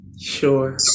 Sure